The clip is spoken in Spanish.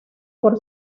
por